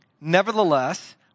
Nevertheless